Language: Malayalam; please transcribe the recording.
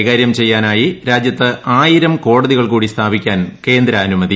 കൈകാരൃം ചെയ്യാനായിട്ടു രാജ്യത്ത് ആയിരം കോടതികൾ കൂടി സ്ഥാപിക്കാൻ ക്യേന്ദ് അനുമതി